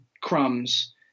crumbs